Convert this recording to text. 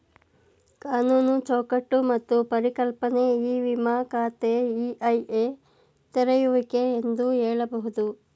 ಕಾನೂನು ಚೌಕಟ್ಟು ಮತ್ತು ಪರಿಕಲ್ಪನೆ ಇ ವಿಮ ಖಾತೆ ಇ.ಐ.ಎ ತೆರೆಯುವಿಕೆ ಎಂದು ಹೇಳಬಹುದು